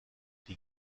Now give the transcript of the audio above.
die